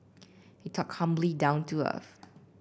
he talked humbly down to earth